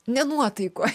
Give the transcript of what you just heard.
ne nuotaikoj